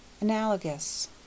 Analogous